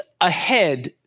ahead